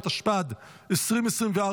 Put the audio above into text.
התשפ"ד 2024,